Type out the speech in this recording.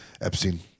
Epstein